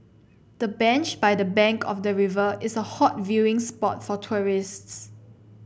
the bench by the bank of the river is a hot viewing spot for tourists